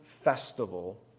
festival